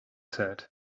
said